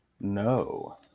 No